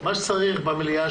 מה שצריך להיות במליאה,